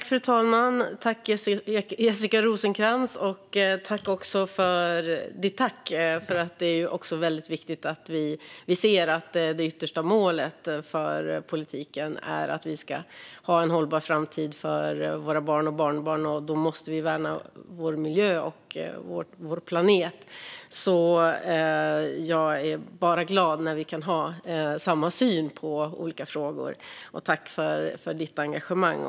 Fru talman! Jag tackar för Jessica Rosencrantz tack! Det är viktigt att vi ser att det yttersta målet för politiken är att vi ska ha en hållbar framtid för våra barn och barnbarn. Då måste vi värna vår miljö och vår planet. Jag blir glad när vi kan ha samma syn på olika frågor, och jag tackar också för ledamotens engagemang.